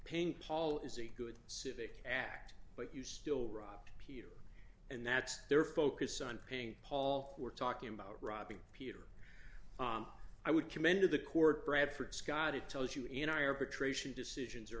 paying paul is a good civic act but you still rob people and that's their focus on paying paul we're talking about robbing peter i would commend of the court bradford scott it tells you and i are patrician decisions are